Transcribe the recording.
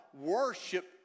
worship